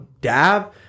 dab